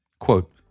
Quote